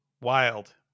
Wild